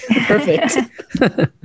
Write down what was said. Perfect